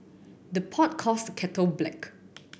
the pot calls the kettle black